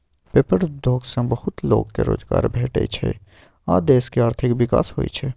paper उद्योग सँ बहुत लोक केँ रोजगार भेटै छै आ देशक आर्थिक विकास होइ छै